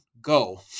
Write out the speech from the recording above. Go